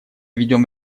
ведем